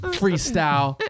freestyle